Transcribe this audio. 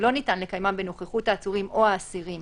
שלא ניתן לקיימם בנוכחות העצורים או האסירים